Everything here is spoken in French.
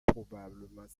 probablement